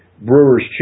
Brewers